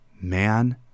man